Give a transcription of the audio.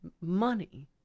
money